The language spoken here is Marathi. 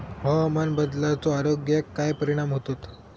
हवामान बदलाचो आरोग्याक काय परिणाम होतत?